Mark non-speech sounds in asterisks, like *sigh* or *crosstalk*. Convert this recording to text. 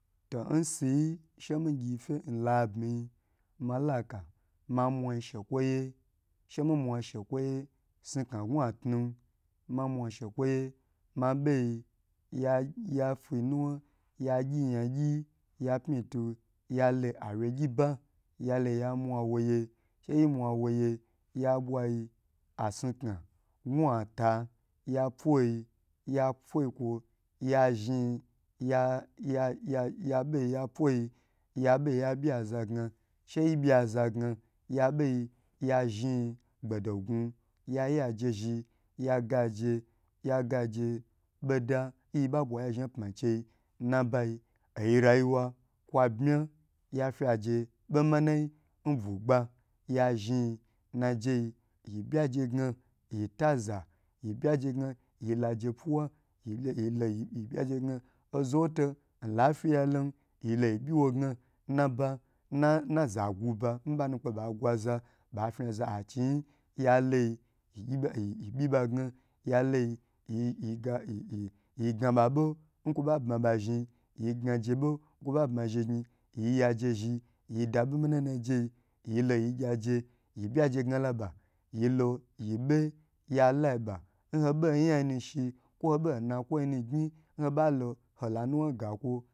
To nsiyi shemi gyige labmi yi malaka ma mwa shekwoye, she mimwa she kwoye sikna gwatu mamwa shekwo ye be yi ya yafu nuwa ya gyi ya gyi ya pyitu yalo awye gyi ba yalo yamwa woye sheyi mwa woye ya bwaye asin kwa gwata yapwoyi ya pwo kwo ya zhn ya ay yaya pwoi ya beyi ya bye zagna sheyi bye zagna ya bye ya zhi gbo dogun yaya je zhi ya ga je ya gaje buda nyiba bwa ya zha oma chei nnabayi oyi rayi wa kwa bma yafe je bo omanayi n bugba ya zhi nnajei yi byaje gna yita za yi bya je gna yilaje piwa yeloyilo bye je gna ozo wo lafiya lo yilo yi byi wo gna naba nnzagu ba nbanu kpe ba gwaza ba feza achiyi yaloi yibo yi byi ba gna yaloi yeye gnba bo nkwo ba bma ba zhn yi gna jebo nkwoba bmaje zhn yi da bo manayi najei yilo yi gye ji yi bge je gna laba yilo yi be yala ba nhobo yamnashi kwo hobo nakwo yi nu gni nhobalo hola *unintelligible*